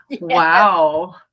Wow